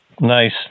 nice